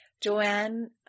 Joanne